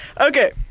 Okay